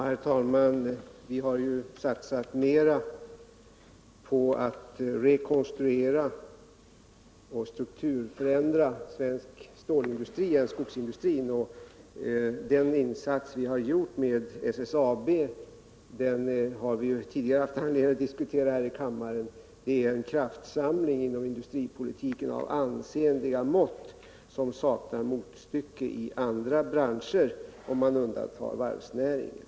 Herr talman! Vi har satsat mer på att rekonstruera och strukturförändra inom svensk stålindustri än inom skogsindustrin, och den insats vi har gjort med SSAB har vi tidigare haft anledning att diskutera här i kammaren. Det är en kraftsamling inom industripolitiken av ansenliga mått, som saknar motstycke i andra branscher om man undantar varvsnäringen.